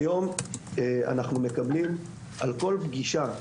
כיום אנחנו מקבלים על כל פגישה,